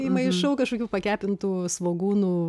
įmaišau kažkokių pakepintų svogūnų